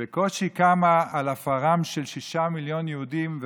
שבקושי קמה על עפרם של שישה מיליון יהודים,